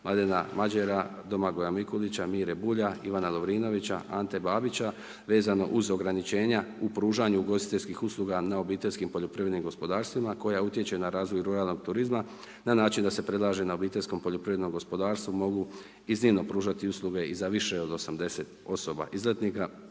Mladena Mađera, Domagoja Mikulića, Mire Bulja, Ivana Lovrinovića, Ante Babića, vezano uz ograničenja u pružanju ugostiteljskih usluga na obiteljskim poljoprivrednim gospodarstvima koja utječe na razvoj ruralnog turizma, na način da se predlaže na obiteljskom poljoprivrednom gospodarstvu mogu iznimno pružati usluge i za više od 80 osoba izletnika